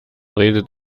redet